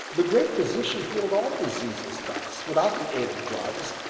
the great physician healed all diseases thus, without the aid of drugs,